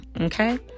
okay